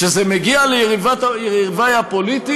כשזה מגיע ליריבי הפוליטיים,